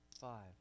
five